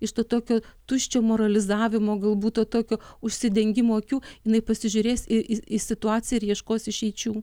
iš to tokio tuščio moralizavimo galbūt to tokio užsidengimo akių jinai pasižiūrės į į situaciją ir ieškos išeičių